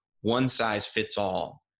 one-size-fits-all